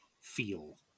feel